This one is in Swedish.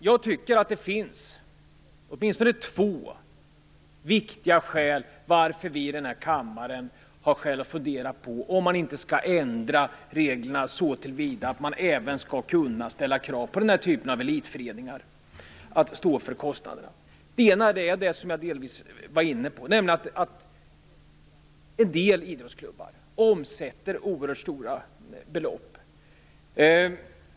Jag tycker att det finns åtminstone två viktiga skäl till varför vi här i kammaren har anledning att fundera på om man inte skall ändra reglerna så till vida att man även skall kunna ställa krav på elitföreningar att de skall stå för kostnaderna. Det ena skälet är det som jag delvis var inne på, nämligen att en del idrottsklubbar omsätter oerhört stora belopp.